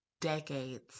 decades